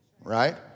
right